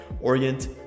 orient